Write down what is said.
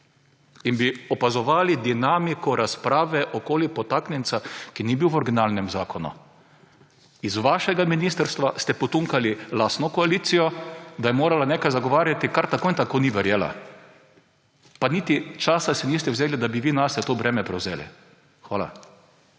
In bi opazovali dinamiko razprave okoli podtaknjenca, ki ni bil v originalnem zakonu. Iz vašega ministrstva ste potunkali lastno koalicijo, da je morala nekaj zagovarjati, česar tako in tako ni verjela. Pa niti časa si niste vzeli, da bi vi nase to breme prevzeli. Hvala.